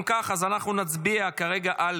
אם כך, אנחנו נצביע כרגע על